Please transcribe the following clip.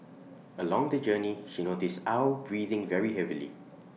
along the journey she noticed aw breathing very heavily